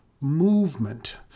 movement